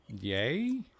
yay